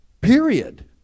period